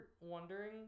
wondering